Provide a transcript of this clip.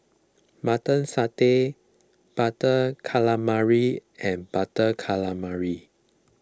Mutton Satay Butter Calamari and Butter Calamari